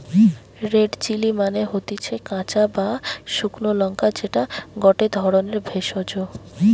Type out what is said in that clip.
red chilli মানে হতিছে কাঁচা বা শুকলো লঙ্কা যেটা গটে ধরণের ভেষজ